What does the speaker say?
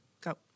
Go